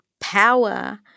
power